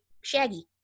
shaggy